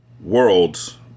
Worlds